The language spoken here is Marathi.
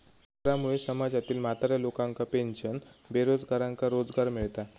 करामुळे समाजातील म्हाताऱ्या लोकांका पेन्शन, बेरोजगारांका रोजगार मिळता